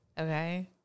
okay